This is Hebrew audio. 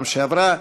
שעברה.